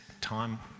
time